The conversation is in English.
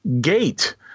Gate